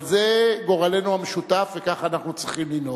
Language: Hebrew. אבל זה גורלנו המשותף, וככה אנחנו צריכים לנהוג.